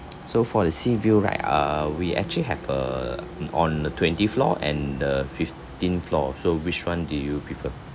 so for the sea view right ah we actually have uh on the twenty floor and the fifteenth floor so which one do you prefer